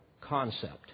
concept